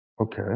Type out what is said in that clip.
Okay